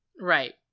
Right